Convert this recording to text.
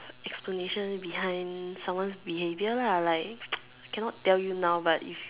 explanation behind someone's behaviour lah like cannot tell you now but if